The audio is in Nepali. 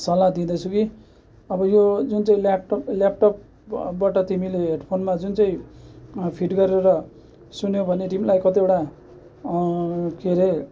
सल्लाह दिँदैछु कि अब यो जुन चाहिँ ल्यापटप ल्यापटपबाट तिमीले हेडफोनमा जुन चाहिँ फिट गरेर सुन्यो भने तिमीलाई कतिवटा के अरे